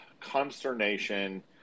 consternation